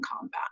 combat